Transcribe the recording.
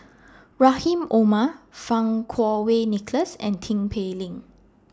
Rahim Omar Fang Kuo Wei Nicholas and Tin Pei Ling